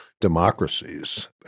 democracies